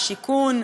השיכון,